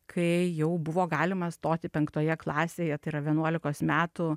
kai jau buvo galima stoti penktoje klasėje tai yra vienuolikos metų